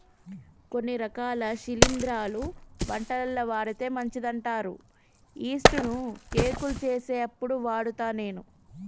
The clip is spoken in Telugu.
కొన్ని రకాల శిలింద్రాలు వంటలల్ల వాడితే మంచిదంటారు యిస్టు ను కేకులు చేసేప్పుడు వాడుత నేను